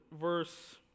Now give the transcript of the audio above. verse